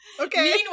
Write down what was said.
Okay